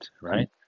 right